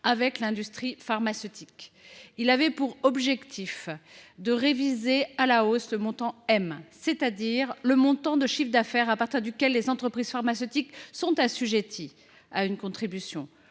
avec l’industrie pharmaceutique. Il a pour objet de réviser à la hausse le montant M, c’est à dire le montant de chiffre d’affaires à partir duquel les entreprises pharmaceutiques sont assujetties à une contribution.